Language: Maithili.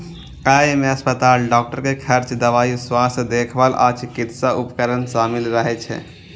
अय मे अस्पताल, डॉक्टर के खर्च, दवाइ, स्वास्थ्य देखभाल आ चिकित्सा उपकरण शामिल रहै छै